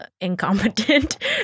incompetent